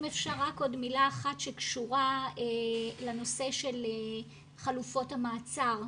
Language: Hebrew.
אם אפשר רק עוד מילה אחת שקשורה לנושא של חלופות המעצר,